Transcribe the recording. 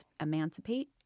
emancipate